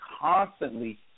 constantly